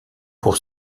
pour